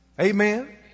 Amen